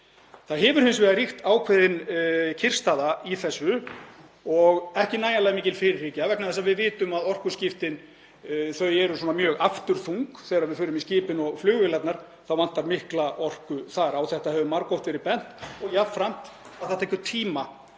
Það hefur hins vegar ríkt ákveðin kyrrstaða í þessu og ekki nægjanlega mikil fyrirhyggja vegna þess að við vitum að orkuskiptin eru mjög afturþung. Þegar við förum í skipin og flugvélarnar vantar mikla orku þar. Á þetta hefur margoft verið bent og jafnframt að það taki tíma